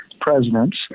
presidents